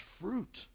fruit